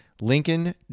Lincoln